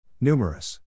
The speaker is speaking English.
Numerous